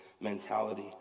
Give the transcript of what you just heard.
mentality